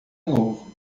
novo